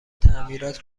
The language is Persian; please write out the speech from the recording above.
تعمیرات